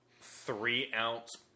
three-ounce